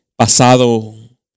pasado